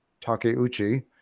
Takeuchi